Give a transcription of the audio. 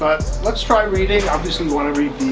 let's try reading, obviously you want to read